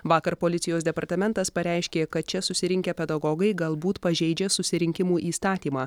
vakar policijos departamentas pareiškė kad čia susirinkę pedagogai galbūt pažeidžia susirinkimų įstatymą